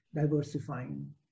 diversifying